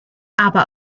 aber